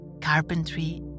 carpentry